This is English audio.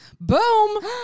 boom